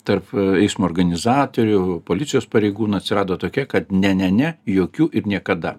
tarp eismo organizatorių policijos pareigūnų atsirado tokia kad ne ne ne jokių ir niekada